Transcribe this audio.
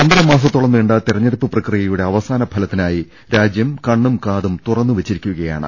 ഒന്നര മാസത്തോളം നീണ്ട തെരഞ്ഞെടുപ്പ് പ്രക്രിയയുടെ അവസാ നഫലത്തിനായി രാജ്യം കണ്ണും കാതും തുറന്നുവെച്ചിരിക്കുകയാണ്